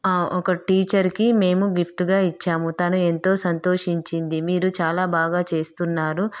ఒక టీచర్కి మేము గిఫ్ట్గా ఇచ్చాము తను ఎంతో సంతోషించింది మీరు చాలా బాగా చేస్తున్నారు